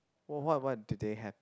what what do they have